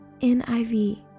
NIV